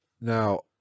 now